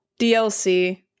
DLC